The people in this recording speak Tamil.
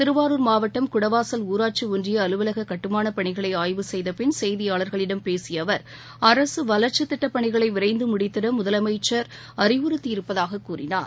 திருவாரூர் மாவட்டம் குடவாசல் ஊராட்சி ஒன்றிய அலுவலகக் கட்டுமானப் பணிகளை ஆய்வு செய்த பின் செய்தியாளர்களிடம் பேசிய அவர் அரசு வளர்ச்சி திட்டப்பணிகளை விரைந்து முடித்திட முதலமைச்சர் அறிவுறுத்தியிருப்பதாகக் கூறினார்